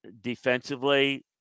Defensively